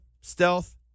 stealth